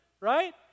Right